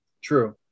True